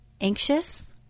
anxious